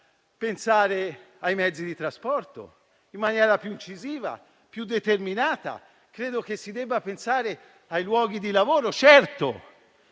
pensare ai mezzi di trasporto, in maniera più incisiva, più determinata. Credo che si debba pensare ai luoghi di lavoro, partendo